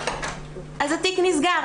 אז התיק נסגר,